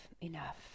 enough